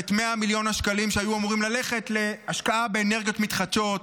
ואת 100 מיליון השקלים שהיו אמורים ללכת להשקעה באנרגיות מתחדשות?